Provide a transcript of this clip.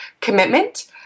commitment